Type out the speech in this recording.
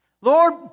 Lord